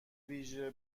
ویژه